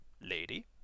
lady